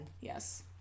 yes